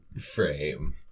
frame